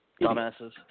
dumbasses